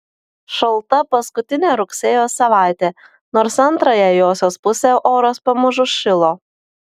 šalta paskutinė rugsėjo savaitė nors antrąją josios pusę oras pamažu šilo